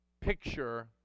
picture